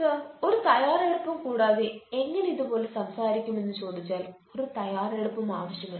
sir ഒരു തയ്യാറെടുപ്പും കൂടാതെ എങ്ങനെ ഇതുപോലെ സംസാരിക്കും എന്ന് ചോദിച്ചാൽ ഒരു തയാറെടുപ്പും ആവശ്യമില്ല